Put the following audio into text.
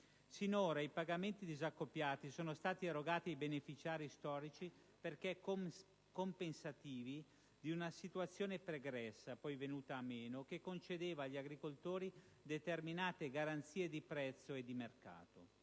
Sinora i pagamenti disaccoppiati sono stati erogati ai beneficiari storici perché compensativi di una situazione pregressa, poi venuta meno, che concedeva agli agricoltori determinate garanzie di prezzo e di mercato.